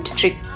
trick